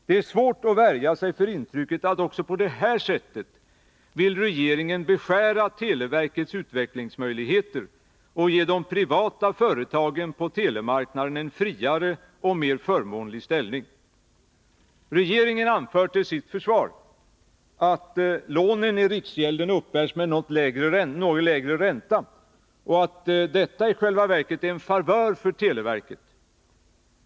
Det är svårt att värja sig för intrycket att regeringen också på det här sättet vill beskära televerkets utvecklingsmöjligheter och ge de privata företagen på telemarknaden en friare och mer förmånlig ställning. Regeringen anför till sitt försvar att lånen i riksgälden uppbärs med något lägre ränta och att detta i själva verket är en favör för televerket.